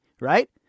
right